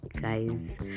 guys